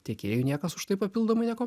tiekėjui niekas už tai papildomai nieko